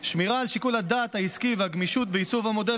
שמירה על שיקול הדעת העסקי והגמישות בעיצוב המודל